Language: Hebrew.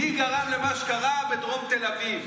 מי גרם למה שקרה בדרום תל אביב?